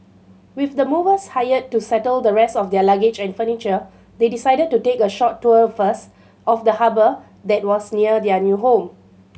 with the movers hired to settle the rest of their luggage and furniture they decided to take a short tour first of the harbour that was near their new home